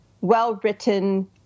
well-written